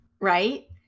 right